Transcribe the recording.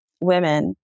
Women